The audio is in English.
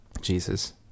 Jesus